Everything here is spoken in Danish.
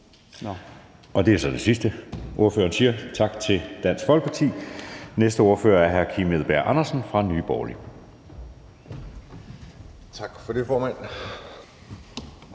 Det er så det sidste, ordføreren siger. Tak til Dansk Folkeparti. Næste ordfører er hr. Kim Edberg Andersen fra Nye Borgerlige. Kl.